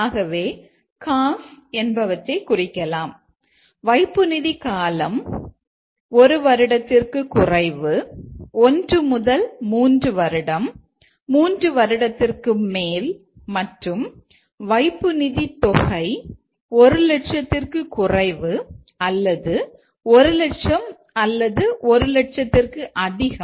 ஆகவே காஸ் என்பவற்றை குறிக்கலாம் வைப்புநிதி காலம் 1 வருடம் 1 முதல் 3 வருடம் 3 வருடம் மற்றும் வைப்பு நிதி தொகை 1 லட்சம் அல்லது 1 லட்சம்